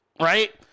right